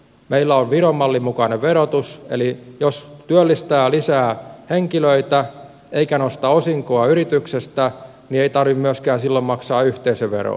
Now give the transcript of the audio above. meillä on viron mallin mukainen verotus eli jos työllistää lisää henkilöitä eikä nosta osinkoa yrityksestä niin ei tarvitse silloin myöskään maksaa yhteisöveroa